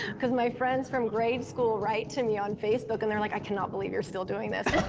because my friends from grade school write to me on facebook and they're like, i cannot believe you're still doing this.